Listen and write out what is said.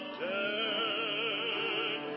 dead